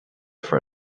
for